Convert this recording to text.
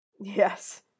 Yes